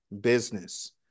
business